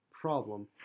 problem